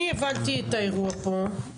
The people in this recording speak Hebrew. אני הבנתי את האירוע פה,